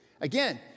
Again